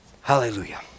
Hallelujah